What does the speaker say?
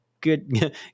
good